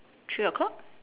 three o-clock